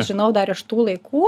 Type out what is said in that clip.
žinau dar iš tų laikų